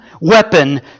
weapon